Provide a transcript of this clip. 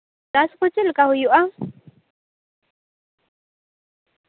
ᱪᱟᱥ ᱠᱚ ᱪᱮᱫᱞᱮᱠᱟ ᱦᱩᱭᱩᱜᱼᱟ